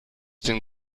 den